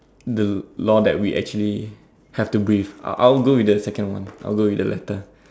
the law that we actually have to breathe I'll go with the second one I'll go with the latter